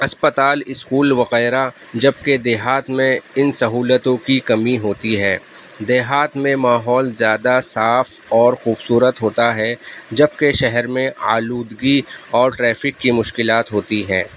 اسپتال اسکول وغیرہ جبکہ دیہات میں ان سہولتوں کی کمی ہوتی ہے دیہات میں ماحول زیادہ صاف اور خوبصورت ہوتا ہے جبکہ شہر میں آلودگی اور ٹریفک کی مشکلات ہوتی ہے